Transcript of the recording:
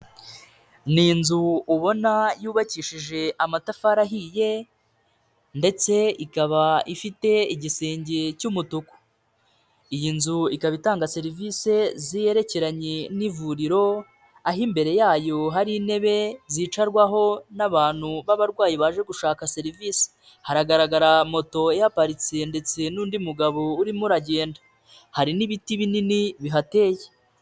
Ni inzu ubona yubakishije amatafari ahiye ndetse ikaba ifite igisenge cy'umutuku, iyi ikaba itanga serivisi zirekeranye n'ivuriro aho imbere yayo hari intebe zicarwaho n'abantu b'abarwayi baje gushaka serivisi, haragaragara moto ihaparitse ndetse n'undi mugabo urimo uragenda, hari n'ibiti binini bihateye.